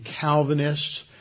Calvinists